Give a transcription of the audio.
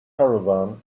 caravan